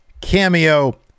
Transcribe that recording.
Cameo